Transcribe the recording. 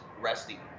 resting